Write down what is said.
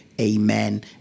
amen